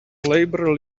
labor